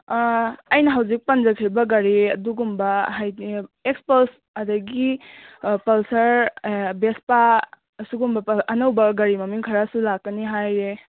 ꯑꯥ ꯑꯩꯅ ꯍꯧꯖꯤꯛ ꯄꯟꯖꯈ꯭ꯔꯤꯕ ꯒꯥꯔꯤ ꯑꯗꯨꯒꯨꯝꯕ ꯍꯥꯏꯕꯗꯤ ꯑꯦꯛꯁꯄꯜꯁ ꯑꯗꯨꯗꯒꯤ ꯄꯜꯁꯔ ꯕꯦꯁꯄꯥ ꯑꯁꯨꯒꯨꯝꯕ ꯑꯅꯧꯕ ꯒꯥꯔꯤ ꯃꯃꯤꯡ ꯈꯔꯁꯨ ꯂꯥꯛꯀꯅꯤ ꯍꯥꯏꯌꯦ